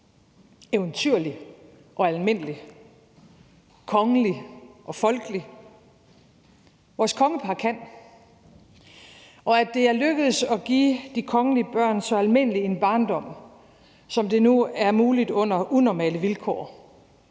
eventyrlig og almindelig, kongelig og folkelig? Vores kongepar kan. Og at det er lykkedes at give de kongelige børn så almindelig en barndom, som det nu er muligt under unormale vilkår,